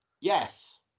Yes